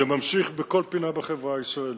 זה ממשיך בכל פינה בחברה הישראלית,